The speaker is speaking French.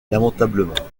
lamentablement